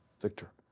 Victor